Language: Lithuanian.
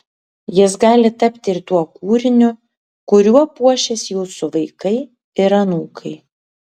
jis gali tapti ir tuo kūriniu kuriuo puošis jūsų vaikai ir anūkai